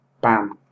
bam